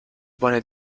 pone